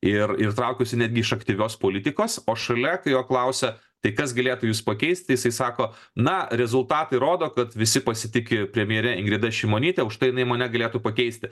ir ir traukiuosi netgi iš aktyvios politikos o šalia kai jo klausia tai kas galėtų jus pakeist tai jisai sako na rezultatai rodo kad visi pasitiki premjere ingrida šimonyte užtai jinai mane galėtų pakeisti